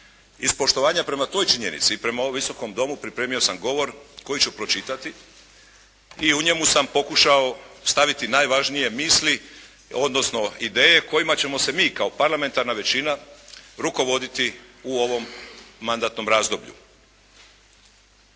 Iz poštovanja prema toj činjenici i prema ovom Visokom domu pripremio sam govor koji ću pročitati i u njemu sam pokušao staviti najvažnije misli odnosno ideje kojima ćemo se mi kao parlamentarna većina rukovoditi u ovom mandatnom razdoblju.